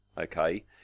okay